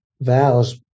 vows